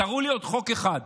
תראו לי עוד חוק אחד